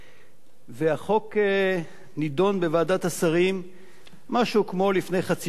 והחוק נדון בוועדת השרים משהו כמו לפני חצי שנה,